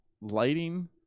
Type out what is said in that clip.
lighting